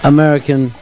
American